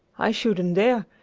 i shouldn't dare!